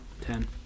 Ten